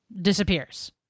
disappears